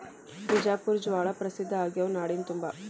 ಬಿಜಾಪುರ ಜ್ವಾಳಾ ಪ್ರಸಿದ್ಧ ಆಗ್ಯಾವ ನಾಡಿನ ತುಂಬಾ